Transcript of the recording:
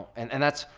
and and that's,